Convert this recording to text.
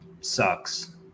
sucks